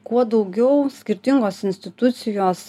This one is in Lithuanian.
kuo daugiau skirtingos institucijos